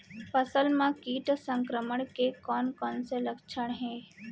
फसल म किट संक्रमण के कोन कोन से लक्षण हे?